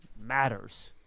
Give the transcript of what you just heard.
matters